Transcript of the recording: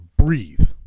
breathe